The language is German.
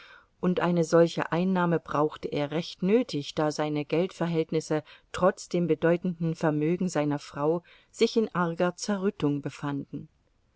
und eine solche einnahme brauchte er recht nötig da seine geldverhältnisse trotz dem bedeutenden vermögen seiner frau sich in arger zerrüttung befanden